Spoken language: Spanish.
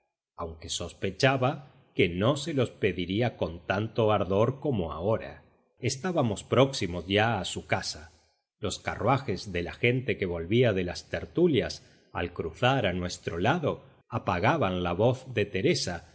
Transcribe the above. aunque sospechaba que no se los pediría con tanto ardor como ahora estábamos próximos ya a su casa los carruajes de la gente que volvía de las tertulias al cruzar a nuestro lado apagaban la voz de teresa